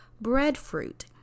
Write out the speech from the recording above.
breadfruit